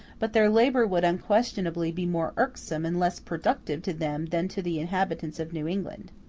but their labor would unquestionably be more irksome and less productive to them than to the inhabitants of new england.